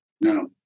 No